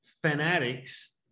fanatics